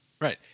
Right